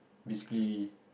basically